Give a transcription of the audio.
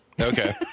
Okay